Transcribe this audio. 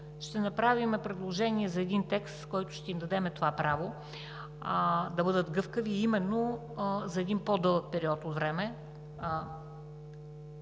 ще направим предложение за един текст, в който ще им дадем това право да бъдат гъвкави именно за един по-дълъг период от време,